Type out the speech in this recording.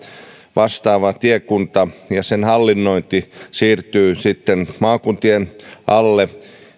vastaava tiekunta ja sen hallinnointi siirtyy sitten maakuntien alle